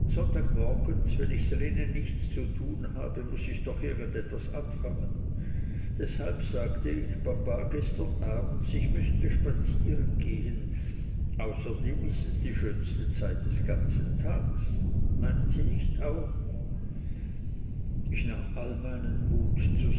wenn ich drinnen nichts zu tun habe muß ich doch irgend etwas anfangen deshalb sagte ich papa gestern abends ich müßte spazieren gehen außerdem ist es die schönste zeit des ganzen tages meinen sie nicht auch ich nahm allen meinen mut